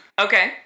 Okay